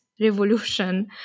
revolution